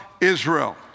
Israel